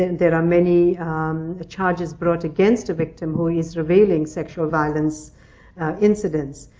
and there are many charges brought against a victim who is revealing sexual violence incidents.